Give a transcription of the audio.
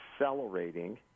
accelerating